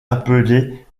appelée